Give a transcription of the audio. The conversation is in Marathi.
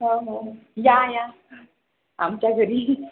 हो हो या या आमच्या घरी